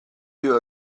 you